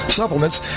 supplements